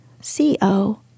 C-O